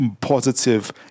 positive